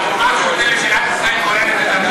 הכוללת של מדינת ישראל הולכת לחרדים.